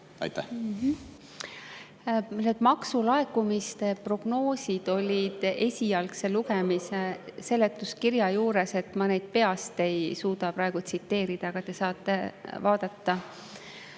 välja. Maksulaekumiste prognoosid olid esialgse lugemise seletuskirja juures. Ma neid peast ei suuda praegu tsiteerida, aga te saate